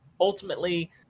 Ultimately